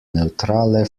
neutrale